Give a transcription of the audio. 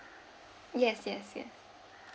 yes yes yes